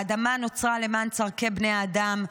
האדמה נוצרה למען --- צורכי בני האדם,